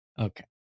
Okay